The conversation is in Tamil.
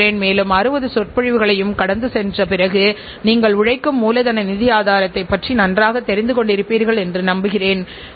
இதில் கூறப்பட்டுள்ள நுட்பங்கள் நிர்வாக ரீதியான முடிவுகளை எடுப்பதற்கும் நிறுவனத்தை வளர்ச்சிப் பாதையில் செலுத்துவதற்கும் உத்தரவாதம் அளிக்கும் என்பதில் நம்பிக்கை உண்டு